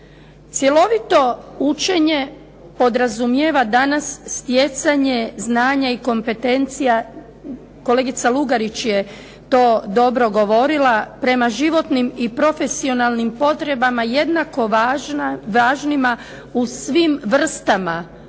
Cjelovito učenje podrazumijeva danas stjecanje znanja i kompetencija, kolegica Lugarić je to dobro govorila, prema životnim i profesionalnim potrebama jednako važnima u svim vrstama učenja,